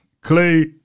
Clay